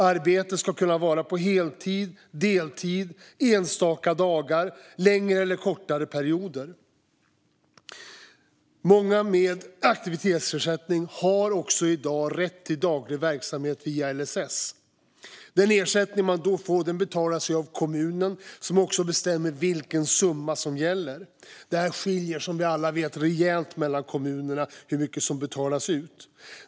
Arbetet ska kunna vara på heltid, deltid, enstaka dagar, längre eller kortare perioder. Många med aktivitetsersättning har i dag rätt till daglig verksamhet via LSS. Den ersättning som man då får betalas av kommunen som också bestämmer vilken summa som gäller. Det skiljer, som vi alla vet, rejält mellan kommunerna hur mycket som betalas ut.